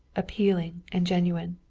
appealing and genuine.